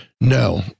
No